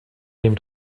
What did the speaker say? dem